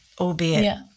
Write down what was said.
albeit